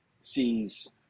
sees